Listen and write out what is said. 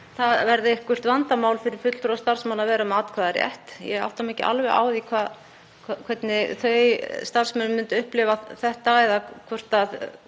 það verði eitthvert vandamál fyrir fulltrúa starfsmanna að vera með atkvæðisrétt. Ég átta mig ekki alveg á því hvernig starfsmenn myndu upplifa þetta, hvort það